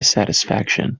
satisfaction